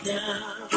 now